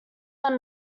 then